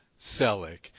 Selleck